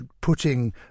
putting